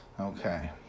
Okay